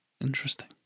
Interesting